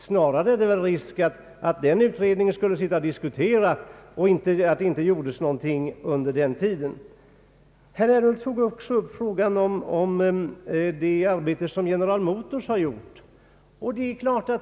Snarare är det väl risk för att den utredningen skulle sitta och diskutera och att det inte gjordes någonting under den tiden. Herr Ernulf tog också upp frågan om det arbete som General Motors har gjort.